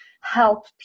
help